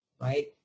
right